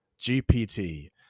GPT